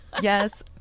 Yes